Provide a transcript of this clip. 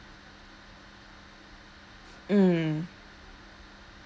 mm